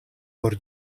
por